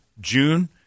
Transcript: June